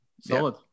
Solid